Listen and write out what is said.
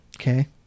Okay